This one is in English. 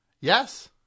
Yes